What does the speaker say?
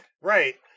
Right